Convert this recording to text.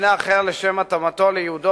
במבנה אחר לשם התאמתו לייעודו,